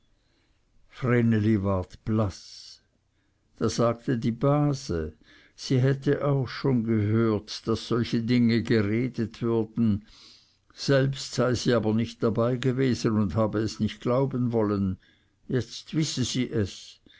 vreneli ward blaß da sagte die base sie hätte auch schon gehört daß solche dinge geredet würden selbst sei sie aber nicht dabeigewesen und habe es nicht glauben wollen jetzt wisse sie es